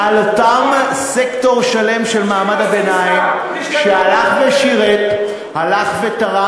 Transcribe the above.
קצת כבוד עצמי שיהיה לך.